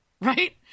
Right